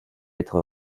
être